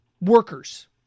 workers